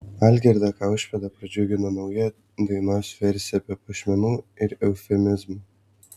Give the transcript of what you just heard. algirdą kaušpėdą pradžiugino nauja dainos versija be puošmenų ir eufemizmų